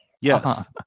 Yes